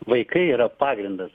vaikai yra pagrindas